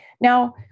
Now